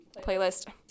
playlist